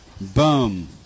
Boom